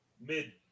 Mid